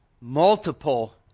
multiple